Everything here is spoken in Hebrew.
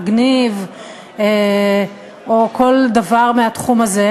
מגניב או כל דבר מהתחום הזה,